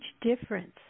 difference